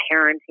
parenting